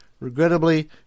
Regrettably